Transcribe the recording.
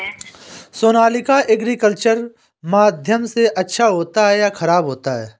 Sonalika agriculture माध्यम से अच्छा होता है या ख़राब होता है?